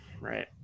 right